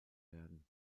werden